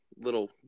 Little